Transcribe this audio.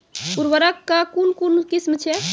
उर्वरक कऽ कून कून किस्म छै?